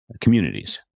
communities